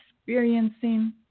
experiencing